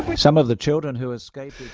some of the children who escaped.